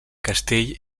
castell